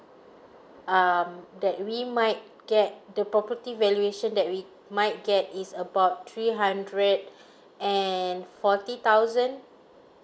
um that we might get the property valuation that we might get is about three hundred and forty thousand